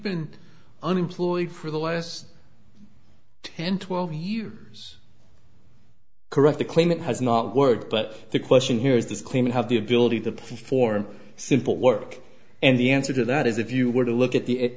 been unemployed for the last ten twelve years correct a claim that has not worked but the question here is this claim you have the ability to perform simple work and the answer to that is if you were to look at the